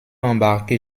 embarquer